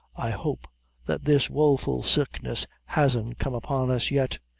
i hope that this woful sickness hasn't come upon us yet.